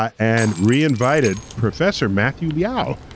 and reinvited professor matthew liao.